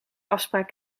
afspraak